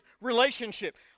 relationship